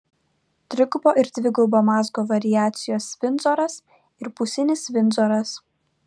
trigubo ir dvigubo mazgo variacijos vindzoras ir pusinis vindzoras